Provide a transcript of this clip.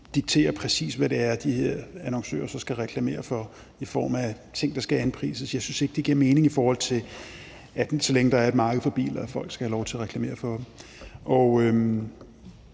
diktere, præcis hvad det er, de her annoncører så skal reklamere for i form af ting, der skal anprises. Jeg synes ikke, det giver mening, så længe der er et marked for biler, hvor man skal have lov til at reklamere for dem. Det